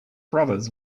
brothers